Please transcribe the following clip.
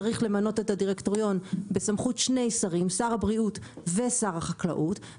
צריך למנות את הדירקטוריון בסמכות שני שרים שר הבריאות ושר החקלאות,